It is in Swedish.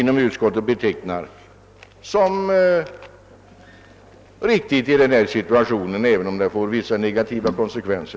Inom utskottet betecknar vi denna åtgärd som riktig i den situation som har uppstått, även om den, som jag sade, får vissa negativa konsekvenser.